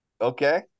okay